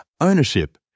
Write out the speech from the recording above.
Ownership